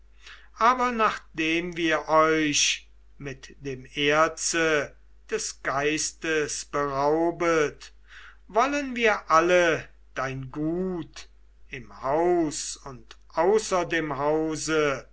aber nachdem wir euch mit dem erze des geistes beraubet wollen wir alle dein gut im haus und außer dem hause